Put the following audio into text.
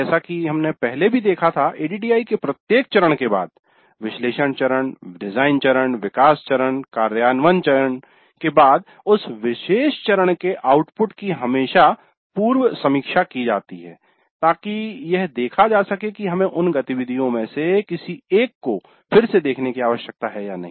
जैसा कि हमने पहले भी देखा था एडीडीआईई के प्रत्येक चरण के बाद विश्लेषण चरण डिजाइन चरण विकास चरण कार्यान्वयन चरण के बाद उस विशेष चरण के आउटपुट की हमेशा पूर्व समीक्षा की जाती है ताकि यह देखा जा सके कि हमें उन गतिविधियों में से किसी एक को फिर से देखने की आवश्यकता है या नहीं